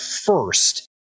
first